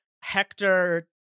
hector